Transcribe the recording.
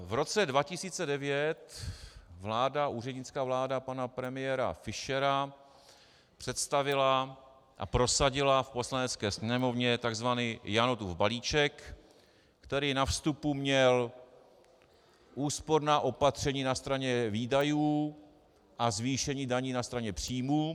V roce 2009 úřednická vláda pana premiéra Fischera představila a prosadila v Poslanecké sněmovně tzv. Janotův balíček, který na vstupu měl úsporná opatření na straně výdajů a zvýšení daní na straně příjmu.